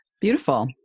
beautiful